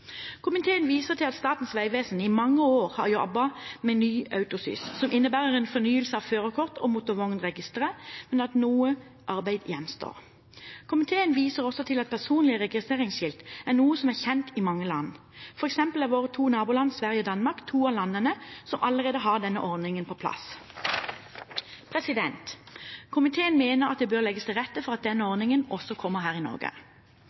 Komiteen viser til at Statens vegvesen i mange år har jobbet med ny Autosys, som innebærer en fornyelse av førerkort- og motorvognregisteret, men at noe arbeid gjenstår. Komiteen viser også til at personlige registreringsskilt er noe som er kjent i mange land, f.eks. er våre naboland Sverige og Danmark to av landene som har denne ordningen på plass. Komiteen mener at det bør legges til rette for at denne ordningen også kommer her i Norge.